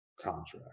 Contract